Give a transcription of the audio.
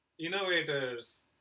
Innovators